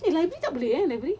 eh library tak boleh eh library